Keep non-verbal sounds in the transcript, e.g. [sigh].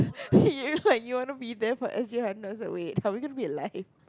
[breath] you look like you want to be there for S_G hundred away are we going to be alive